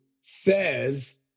says